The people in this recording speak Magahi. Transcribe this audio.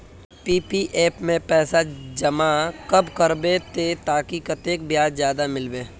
पी.पी.एफ में पैसा जमा कब करबो ते ताकि कतेक ब्याज ज्यादा मिलबे?